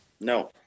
No